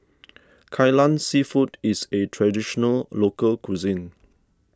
Kai Lan Seafood is a Traditional Local Cuisine